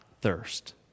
thirst